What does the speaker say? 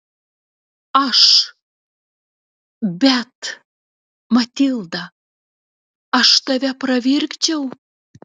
aš bet matilda aš tave pravirkdžiau